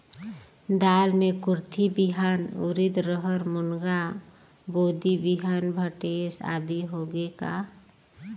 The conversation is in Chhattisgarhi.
दाल मे कुरथी बिहान, उरीद, रहर, झुनगा, बोदी बिहान भटेस आदि होगे का?